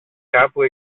κάπου